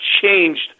changed